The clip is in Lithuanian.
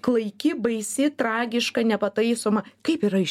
klaiki baisi tragiška nepataisoma kaip yra iš